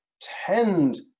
tend